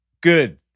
Good